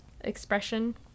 expression